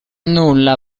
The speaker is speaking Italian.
nulla